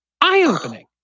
eye-opening